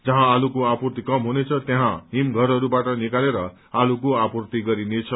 जहाँ आलूको आपूर्ति कम्ती हुनेछ त्यहाँ हिम घरहरूबाट निकालेर आलूको आपूर्ति गरिनेछ